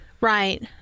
Right